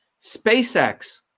SpaceX